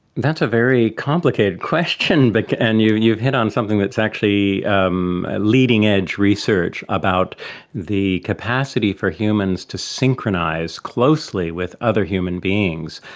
that's a very complicated question, but and you've hit on something that's actually um leading-edge research about the capacity for humans to synchronise closely with other human beings.